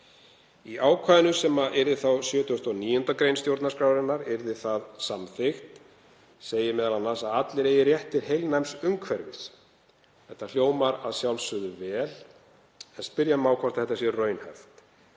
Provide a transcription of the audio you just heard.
Í ákvæðinu, sem yrði þá 79. gr. stjórnarskrárinnar yrði það samþykkt, segir m.a. að allir eigi rétt til heilnæms umhverfis. Þetta hljómar að sjálfsögðu vel en spyrja má hvort þetta sé raunhæft.